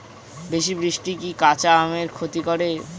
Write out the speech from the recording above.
বেশি বৃষ্টি কি কাঁচা আমের ক্ষতি করে?